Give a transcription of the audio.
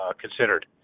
considered